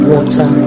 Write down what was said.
Water